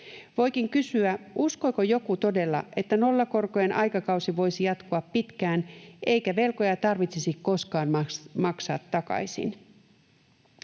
Voikin kysyä, uskooko joku todella, että nollakorkojen aikakausi voisi jatkua pitkään eikä velkoja tarvitsisi koskaan maksaa takaisin.